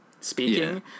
speaking